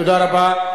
תודה רבה.